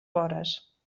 vores